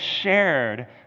shared